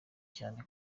cyane